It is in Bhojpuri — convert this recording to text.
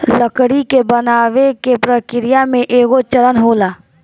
लकड़ी के बनावे के प्रक्रिया में एगो चरण होला